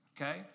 okay